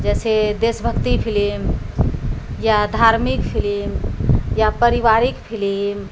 जैसे देशभक्ति फिलिम या धार्मिक फिलिम या पारिवारिक फिलिम